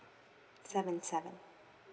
seven seven